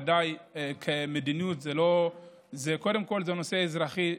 מדיניות זה קודם כול הנושא האזרחי,